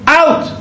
out